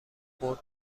خورد